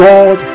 God